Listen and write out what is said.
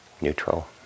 neutral